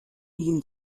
ihn